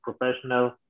professional